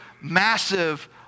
massive